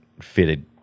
fitted